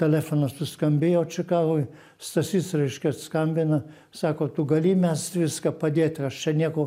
telefonas suskambėjo čikagoj stasys reiškia skambina sako tu gali mest viską padėt aš čia nieko